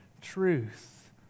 truth